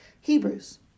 Hebrews